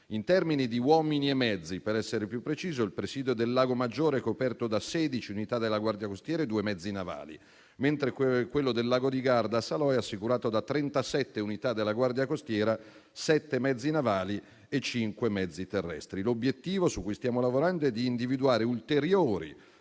In termini di uomini e mezzi, per essere più preciso, il presidio del lago Maggiore è coperto da 16 unità della Guardia costiera e da due mezzi navali, mentre quello del lago di Garda a Salò è assicurato da 37 unità della Guardia costiera, da sette mezzi navali e da cinque mezzi terrestri. L'obiettivo a cui stiamo lavorando è quello di individuare ulteriori